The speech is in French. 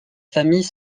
famille